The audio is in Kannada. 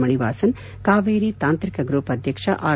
ಮಣಿವಾಸನ್ ಕಾವೇರಿ ತಾಂತ್ರಿಕ ಗ್ರೂಪ್ ಅಧ್ಯಕ್ಷ ಆರ್